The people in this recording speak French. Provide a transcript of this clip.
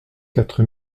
quatre